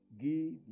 give